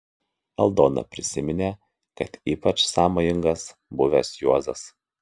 aldona prisiminė kad ypač sąmojingas buvęs juozas